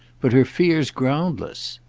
but her fear's groundless.